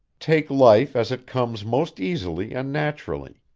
take life as it comes most easily and naturally.